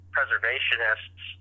preservationists